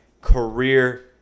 career